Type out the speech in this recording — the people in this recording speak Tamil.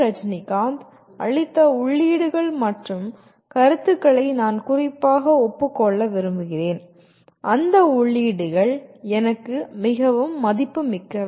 ரஜனிகாந்த் அளித்த உள்ளீடுகள் மற்றும் கருத்துகளை நான் குறிப்பாக ஒப்புக் கொள்ள விரும்புகிறேன் அந்த உள்ளீடுகள் எனக்கு மிகவும் மதிப்புமிக்கவை